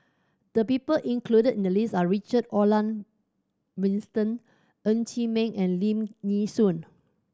the people included in the list are Richard Olaf Winstedt Ng Chee Meng and Lim Nee Soon